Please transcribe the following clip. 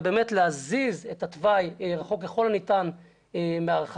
ולהזיז את התוואי רחוק ככל הניתן מההרחבה.